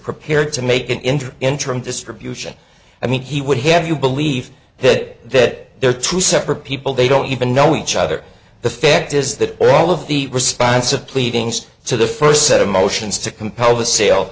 prepared to make an interim interim distribution i mean he would have you believe that there are two separate people they don't even know each other the fact is that all of the response of pleadings to the first set of motions to compel the sale